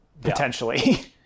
potentially